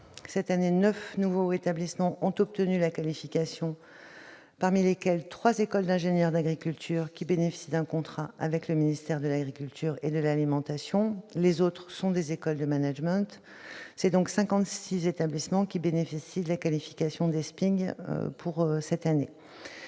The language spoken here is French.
cette année, 9 nouveaux établissements ont obtenu la qualification, parmi lesquelles 3 écoles d'ingénieurs d'agriculture qui bénéficient d'un contrat avec le ministère de l'agriculture et de l'alimentation. Les autres sont principalement des écoles de management. Au total, 56 établissements bénéficient donc de la qualification d'EESPIG pour cette année.